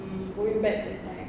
mm going back in time